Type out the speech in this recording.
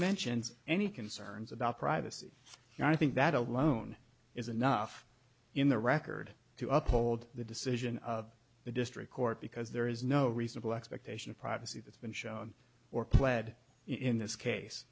mentions any concerns about privacy and i think that alone is enough in the record to uphold the decision of the district court because there is no reasonable expectation of privacy that's been shown or pled in this case